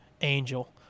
Angel